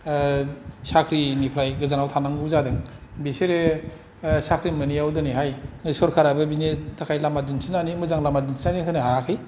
साख्रि निफ्राय गोजानाव थानांगौ जादों बिसोरो साख्रि मोनैयाव दिनैहाय सरकाराबो बेनि थाखाय लामा दिन्थिनानै मोजां लामा दिन्थिनानै होनो हायाखै